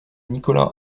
nicolas